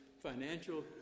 financial